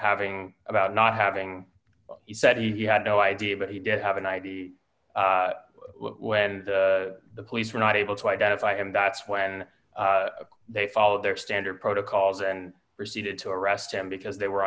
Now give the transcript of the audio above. having about not having he said he had no idea but he did have an i d when the police were not able to identify him that's when they followed their standard protocols and proceeded to arrest him because they were